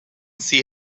see